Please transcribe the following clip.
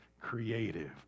creative